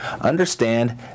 understand